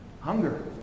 hunger